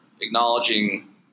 acknowledging